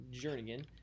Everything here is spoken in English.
Jernigan